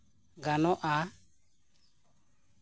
ᱜᱟᱱᱚᱜᱼᱟ